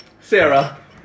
Sarah